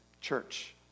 church